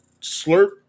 slurp